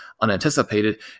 unanticipated